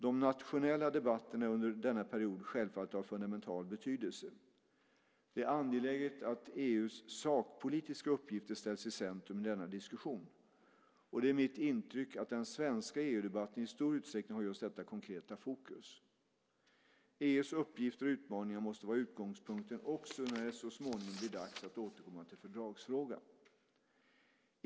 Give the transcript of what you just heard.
De nationella debatterna är under denna period självfallet av fundamental betydelse. Det är angeläget att EU:s sakpolitiska uppgifter ställs i centrum i denna diskussion, och det är mitt intryck att den svenska EU-debatten i stor utsträckning har just detta konkreta fokus. EU:s uppgifter och utmaningar måste vara utgångspunkten också när det så småningom blir dags att återkomma till fördragsfrågan.